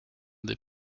the